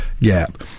gap